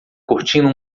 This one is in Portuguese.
curtindo